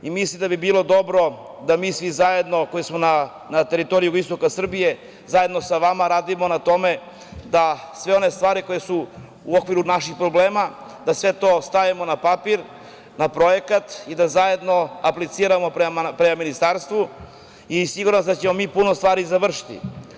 Mislim da bi bilo dobro da mi svi zajedno, koji smo na teritoriji jugoistoka Srbije, zajedno sa vama radimo na tome da sve one stvari koje su u okviru naših problema, da sve to stavimo na papir, na projekat i da zajedno apliciramo prema ministarstvu i siguran sam da ćemo mi puno stvari i završiti.